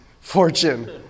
fortune